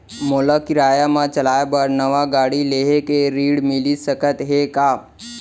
मोला किराया मा चलाए बर नवा गाड़ी लेहे के ऋण मिलिस सकत हे का?